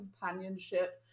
companionship